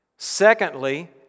Secondly